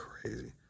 crazy